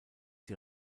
die